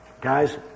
Guys